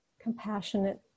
compassionate